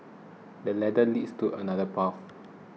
this ladder leads to another path